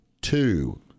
Two